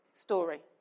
story